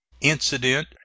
incident